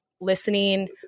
listening